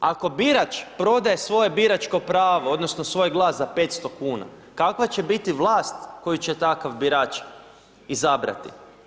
Ako birač prodaje svoje biračko pravo odnosno svoj glas za 500 kuna, kakva će biti vlast koju će takav birač izabrati?